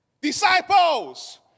Disciples